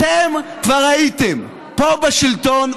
אתם כבר הייתם פה בשלטון,